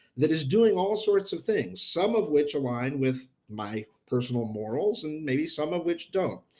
that is doing all sorts of things, some of which align with my personal morals and maybe some of which don't.